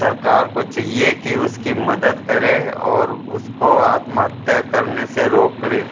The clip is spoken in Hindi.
सरकार को चाहिए कि उसकी मदद करे और उसको आत्महत्या करने से रोक लें